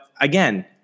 again